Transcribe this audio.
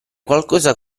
qualcosa